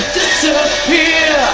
disappear